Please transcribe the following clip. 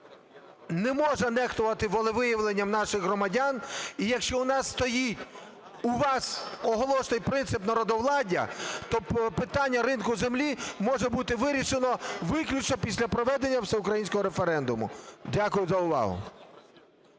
не можна нехтувати волевиявленням наших громадян. І якщо в нас стоїть, у вас оголошений принцип народовладдя, то питання ринку землі може бути вирішено виключно після проведення всеукраїнського референдуму. Дякую за увагу.